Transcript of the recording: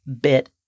bit